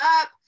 up